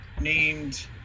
named